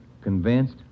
Convinced